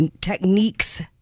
techniques